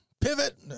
Pivot